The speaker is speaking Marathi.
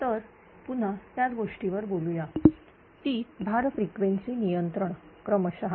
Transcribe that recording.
तर पुन्हा त्याच गोष्टीवर बोलूया ती भार फ्रिक्वेन्सी नियंत्रण क्रमशः